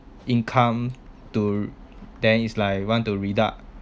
income to then is like want to deduct